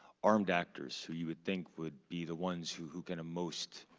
armed actors who you would think would be the ones who who can most